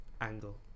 angle